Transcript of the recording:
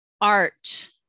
art